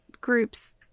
groups